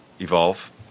evolve